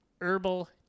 herbal